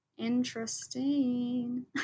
interesting